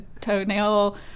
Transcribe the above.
toenail